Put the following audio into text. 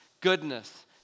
goodness